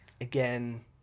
Again